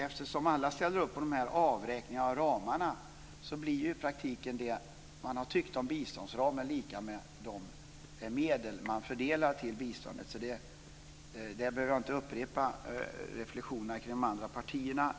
Eftersom alla ställer upp på de här avräkningarna från ramarna blir ju det man har tyckt om biståndsramen i praktiken lika med de medel som man fördelar till biståndet. Därför behöver jag inte upprepa reflexionerna kring de andra partierna.